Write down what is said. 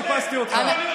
חיפשתי אותך.